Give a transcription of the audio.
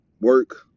Work